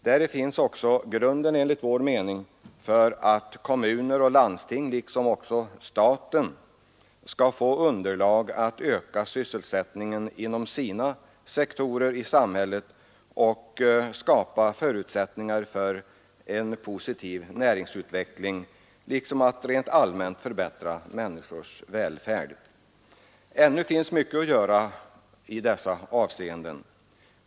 Däri finns också enligt vår mening grunden för att kommuner och landsting liksom också staten skall få underlag för att öka sysselsättningen inom sina sektorer i samhället och skapa förutsättningar för en positiv näringsutveckling samt för att rent allmänt förbättra människors välfärd. Ännu finns mycket att göra i dessa avseenden.